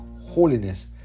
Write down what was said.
holiness